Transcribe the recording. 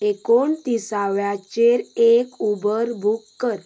एकोणतीसाव्याचेर एक Uber book कर